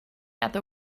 other